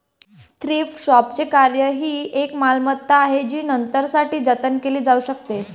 thrift शॉपचे कार्य ही एक मालमत्ता आहे जी नंतरसाठी जतन केली जाऊ शकते